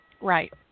Right